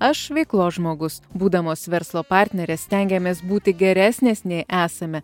aš veiklos žmogus būdamos verslo partnerės stengiamės būti geresnės nei esame